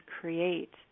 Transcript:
create